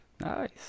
Nice